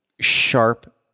sharp